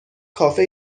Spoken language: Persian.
کافه